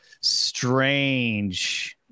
strange